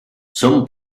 som